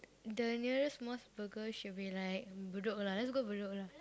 the nearest Mos-Burger should be like Bedok lah let's go Bedok lah